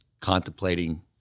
contemplating